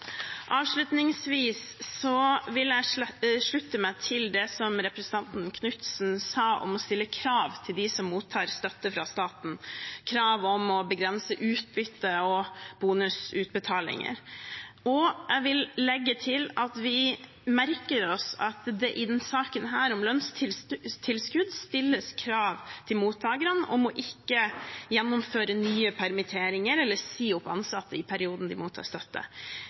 vil jeg slutte meg til det som representanten Knutsen sa om å stille krav til dem som mottar støtte fra staten – krav om å begrense utbytte- og bonusutbetalinger. Jeg vil også legge til at vi merker oss at det i denne saken om lønnstilskudd stilles krav til mottakerne om ikke å gjennomføre nye permitteringer eller si opp ansatte i perioden de mottar støtte.